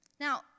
Now